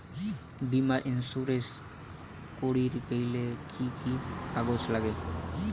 বীমা ইন্সুরেন্স করির গেইলে কি কি কাগজ নাগে?